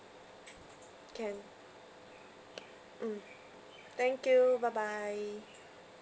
can mm thank you bye bye